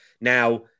Now